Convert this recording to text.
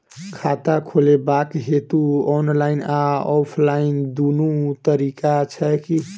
खाता खोलेबाक हेतु ऑनलाइन आ ऑफलाइन दुनू तरीका छै की?